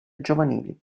giovanili